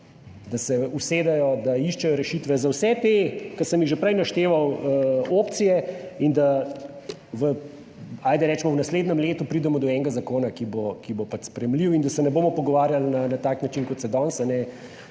da se usedejo da iščejo rešitve za vse te, ki sem jih že prej našteval opcije in da v ajde rečemo v naslednjem letu pridemo do enega zakona, ki bo pač sprejemljiv in da se ne bomo pogovarjali na tak način kot se danes,